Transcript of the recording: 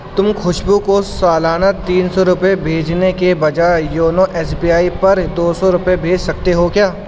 تم خوشبو کو سالانہ تین سو روپے بھیجنے کے بجائے یونو ایس بی آئی پر دو سو روپے بھیج سکتے ہو کیا